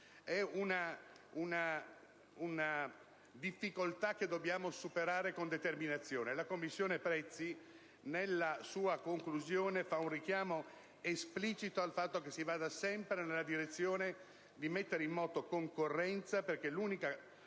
di una difficoltà che dobbiamo superare con determinazione. La Commissione straordinaria controllo prezzi, nelle sue conclusioni, fa un richiamo esplicito al fatto che si vada sempre nella direzione di mettere in moto la concorrenza, perché questa